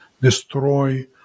destroy